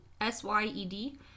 S-Y-E-D